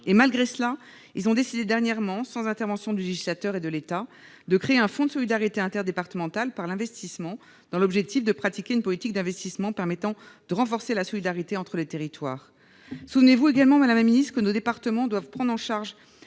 Malgré cela, ils ont dernièrement décidé, sans intervention du législateur et de l'État, de créer un fonds de solidarité et d'investissement interdépartemental, dans l'objectif de pratiquer une politique d'investissement permettant de renforcer la solidarité entre les territoires. Souvenez-vous également que nos départements doivent prendre en charge